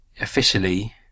officially